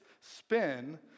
spin